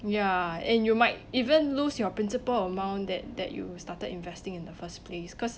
ya and you might even lose your principal amount that that you started investing in the first place cause